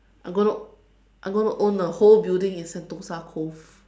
I'm going to I'm going to own a whole building in Sentosa cove